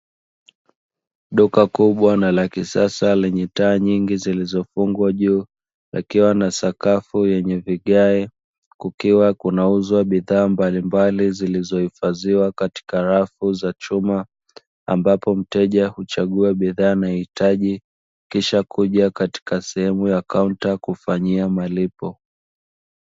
Duka kubwa na la kisasa lenye taa nyingi zilizofungwa juu likiwa na sakafu yenye vigae, kukiwa kunauzwa bidhaa mbalimbali zilizohifadhiwa katika rafu za chuma ambapo mteja huchagua bidhaa anayohitaji kisha kuja katika sehemu ya kaunta kufanyia malipo.